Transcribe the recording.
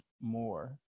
more